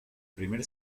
primer